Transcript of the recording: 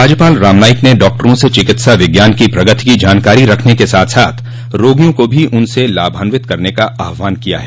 राज्यपाल राम नाईक ने डॉक्टरों से चिकित्सा विज्ञान की प्रगति की जानकारी रखने के साथ साथ रोगियों को भी उससे लाभान्वित करने का आहवान किया है